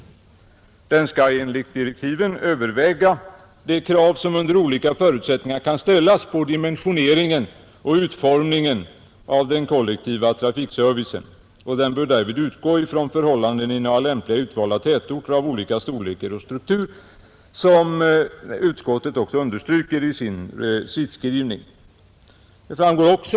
Utredningen skall enligt direktiven överväga de krav som under olika förutsättningar kan ställas på dimensioneringen och utformningen av den kollektiva trafikservicen, och den bör därvid utgå från förhållandena i några lämpligt utvalda tätorter av olika storlek och struktur. Detta understryker också utskottet i sin recitskrivning.